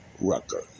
Rucker